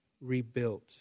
rebuilt